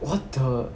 what the